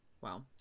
Wow